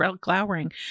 glowering